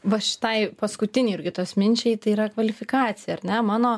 va šitai paskutinei jurgitos minčiai tai yra kvalifikacija ar ne mano